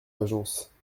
agence